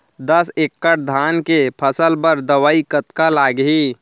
दस एकड़ धान के फसल बर दवई कतका लागही?